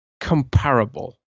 comparable